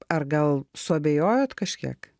ar gal suabejojot kažkiek